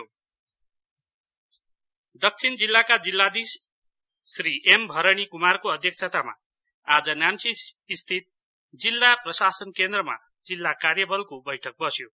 Covid meeting दक्षिण जिल्लाका जिल्लाधीश श्री एम भरणी कुमारको अध्यक्षतामा आज नाम्चीस्थित जिल्ला प्रशासन केन्द्रमा जिल्ला कार्य बलको बैठक बस्यो